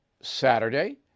Saturday